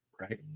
right